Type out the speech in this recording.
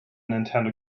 nintendo